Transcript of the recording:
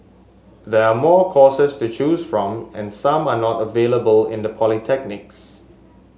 there are more courses to choose from and some are not available in the polytechnics